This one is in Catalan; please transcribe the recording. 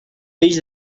peix